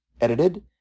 edited